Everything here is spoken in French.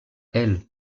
elle